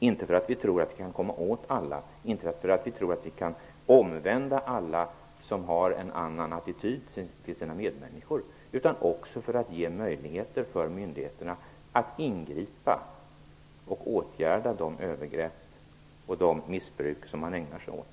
Inte för att vi tror att vi kan komma åt alla eller omvända alla som har en annan attityd till sina medmänniskor, men för att också ge möjligheter för myndigheterna att ingripa mot de övergrepp och missbruk som förekommer.